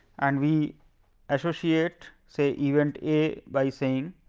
and we associate say event a by saying